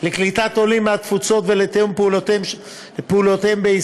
לקליטת עולים מהתפוצות ולתיאום פעולותיהם בישראל